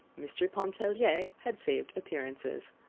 mr. pontellier had saved appearances!